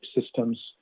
systems